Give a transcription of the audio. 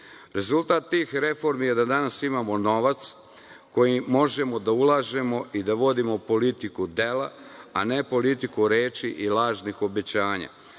Rezultat tih reformi je da danas imamo novac koji možemo da ulažemo i da vodimo politiku dela, a ne politiku reči i lažnih obećanja,